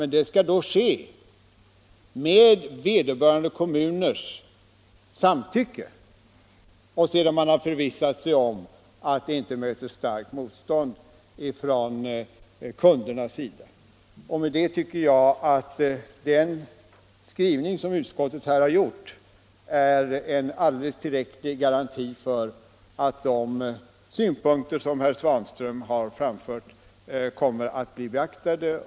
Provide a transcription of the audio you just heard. Men i de fall jag tidigare nämnt skall den ske med vederbörande kommuners samtycke och sedan man har förvissat sig om att den inte möter starkt motstånd från kundernas sida. Mot denna bakgrund tycker jag att utskottets skrivning är en alldeles tillräcklig garanti för att de synpunkter som herr Svanström har framfört kommer att bli beaktade.